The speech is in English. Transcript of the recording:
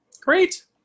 Great